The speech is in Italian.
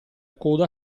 coda